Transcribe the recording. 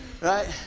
right